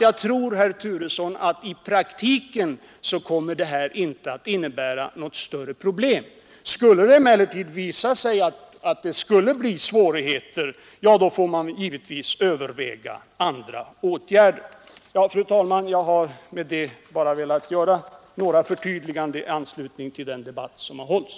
Jag tror, herr Turesson, att detta i praktiken inte kommer att innebära något större problem. Skulle det emellertid bli svårigheter får man givetvis överväga andra åtgärder. Jag har med det anförda bara velat göra dessa förtydliganden i anslutning till den debatt som förts.